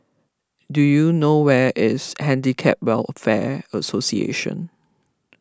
do you know where is Handicap Welfare Association